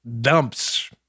dumps